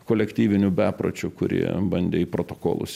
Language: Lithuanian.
kolektyvinių bepročių kurie bandė į protokolus